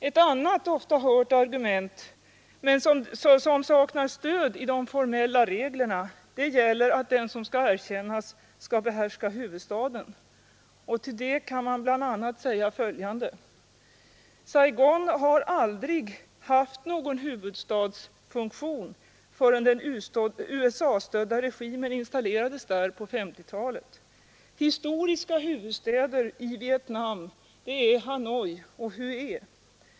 Ett annat ofta hört argument, som dock saknar stöd i de formella reglerna, gäller att den som skall erkännas skall behärska huvudstaden. Till detta kan anföras följande. Saigon har aldrig haft någon huvudstadsfunktion förrän den USA stödda regimen installerades där på 1950-talet. Historiska huvudstäder i Vietnam är Hanoi och Hue.